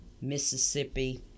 Mississippi